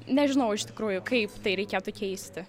nežinau iš tikrųjų kaip tai reikėtų keisti